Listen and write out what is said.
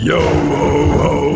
Yo-ho-ho